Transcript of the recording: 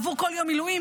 עבור כל יום מילואים.